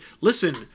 listen